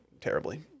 terribly